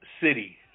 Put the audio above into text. city